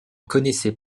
connaissait